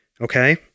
Okay